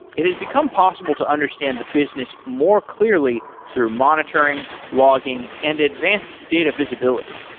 it has become possible to understand the business more clearly through monitoring, logging and advanced data visibility.